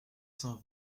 cent